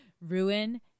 ruin